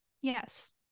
Yes